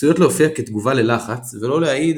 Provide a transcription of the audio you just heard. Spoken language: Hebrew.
עשויות להופיע כתגובה ללחץ ולא להעיד